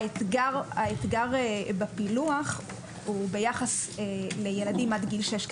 האתגר בפילוח הוא ביחס לילדים עד גיל שש.